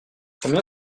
combien